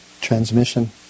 transmission